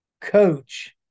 Coach